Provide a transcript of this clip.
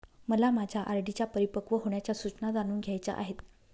मला माझ्या आर.डी च्या परिपक्व होण्याच्या सूचना जाणून घ्यायच्या आहेत